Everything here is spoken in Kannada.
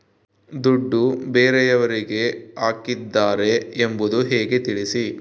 ದುಡ್ಡು ಬೇರೆಯವರಿಗೆ ಹಾಕಿದ್ದಾರೆ ಎಂಬುದು ಹೇಗೆ ತಿಳಿಸಿ?